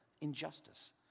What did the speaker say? Injustice